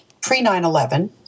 pre-9-11